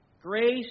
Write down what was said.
Grace